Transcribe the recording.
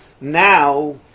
now